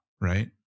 Right